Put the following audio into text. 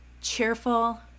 cheerful